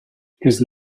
his